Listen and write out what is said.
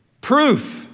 proof